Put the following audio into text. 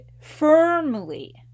firmly